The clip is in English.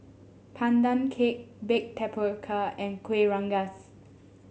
Pandan Cake Baked Tapioca and Kuih Rengas